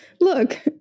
Look